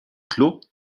clos